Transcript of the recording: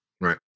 Right